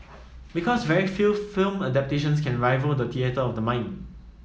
because very few film adaptations can rival the theatre of the mind